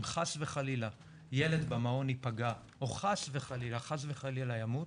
אם חס וחלילה ילד במעון ייפגע או חס וחלילה ימות,